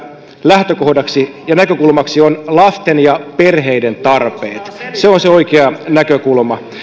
lähtökohdaksi ja näkökulmaksi on lasten ja perheiden tarpeet se on se oikea näkökulma